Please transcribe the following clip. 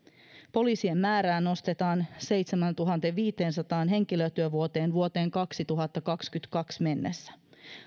poliisien määrää nostetaan seitsemääntuhanteenviiteensataan henkilötyövuoteen vuoteen kaksituhattakaksikymmentäkaksi mennessä